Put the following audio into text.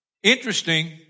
Interesting